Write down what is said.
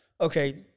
okay